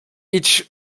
each